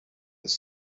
its